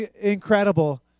incredible